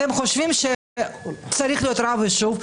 אתם חושבים שצריך להיות רב יישוב,